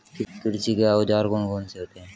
कृषि के औजार कौन कौन से होते हैं?